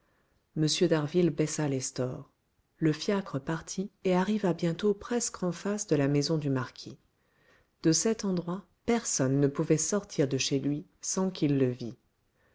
m d'harville baissa les stores le fiacre partit et arriva bientôt presque en face de la maison du marquis de cet endroit personne ne pouvait sortir de chez lui sans qu'il le vît